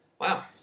Wow